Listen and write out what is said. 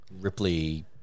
Ripley